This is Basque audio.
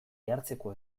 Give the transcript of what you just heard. jartzeko